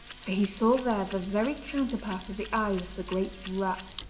for he saw there the very counterpart of the eyes of the great rat.